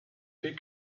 fait